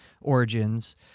origins